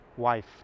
wife